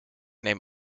neem